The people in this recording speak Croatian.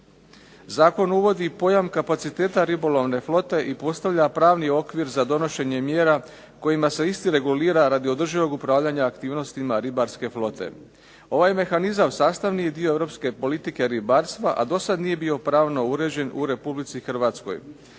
Zakon uvodi i pojam kapaciteta ribolovne flote i postavlja pravni okvir za donošenje mjera kojima se isti regulira radi održivog upravljanja aktivnostima ribarske flote. Ovaj mehanizam sastavni je dio europske politike ribarstva, a dosad nije bio pravno uređen u RH. Propisuje